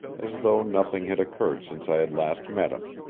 as though nothing had occurred since i had last met him.